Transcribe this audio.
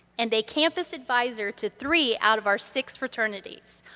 and a campus advisor to three out of our six fraternities.